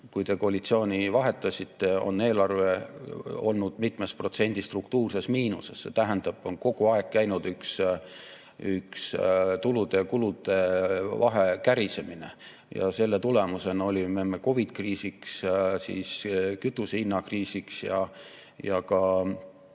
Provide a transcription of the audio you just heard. kui te koalitsiooni vahetasite, on eelarve olnud mitme protsendiga struktuurses miinuses. Kogu aeg on käinud tulude ja kulude vahe kärisemine ja selle tulemusena olime COVID‑i kriisiks, seejärel kütusehinna kriisiks ja ka